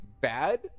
bad